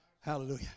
hallelujah